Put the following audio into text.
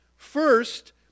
First